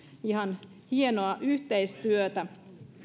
ihan hienoa yhteistyötä